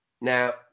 now